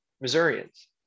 Missourians